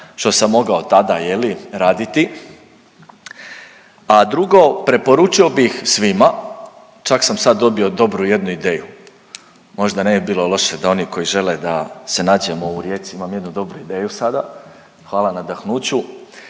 što sam mogao tada raditi. A drugo, preporučio bih svima, čak sam sad dobio dobru jednu ideju, možda ne bi bilo loše da oni koji žele da se nađemo u Rijeci imam jednu dobru ideju sada, hvala nadahnuću.